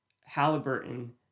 Halliburton